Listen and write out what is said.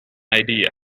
idea